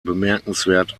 bemerkenswert